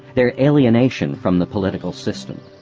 their alienation from the political system.